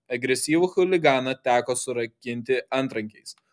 agresyvų chuliganą teko surakinti antrankiais